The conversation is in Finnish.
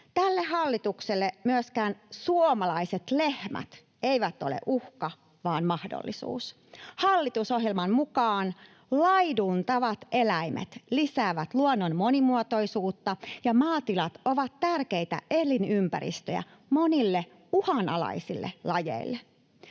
Tälle hallitukselle myöskään suomalaiset lehmät eivät ole uhka vaan mahdollisuus. Hallitusohjelman mukaan ”laiduntavat eläimet lisäävät luonnon monimuotoisuutta, ja maatilat ovat tärkeitä elinympäristöjä monille uhanalaisille lajeille”.